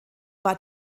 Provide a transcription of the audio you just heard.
war